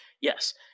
Yes